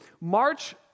March